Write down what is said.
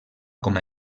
com